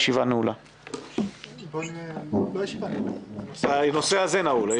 הישיבה נעולה.